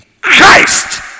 Christ